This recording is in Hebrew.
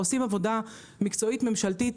עושים עבודה מקצועית ממשלתית,